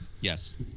Yes